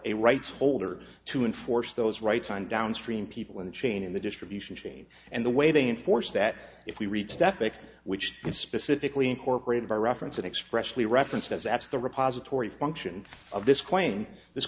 a rights holder to enforce those rights on downstream people in the chain in the distribution chain and the way they enforce that if we reached epic which is specifically incorporated by reference it expressly referenced as that's the repository function of this claim this